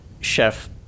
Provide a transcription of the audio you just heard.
Chef